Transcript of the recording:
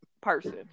person